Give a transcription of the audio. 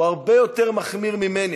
הוא הרבה יותר מחמיר ממני.